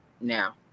now